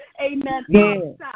amen